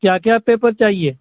کیا کیا پیپر چاہیے